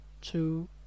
two